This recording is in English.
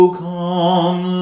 come